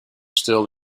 still